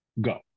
Go